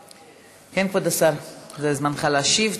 כן, כבוד השר, זה זמנך להשיב.